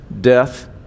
death